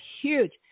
huge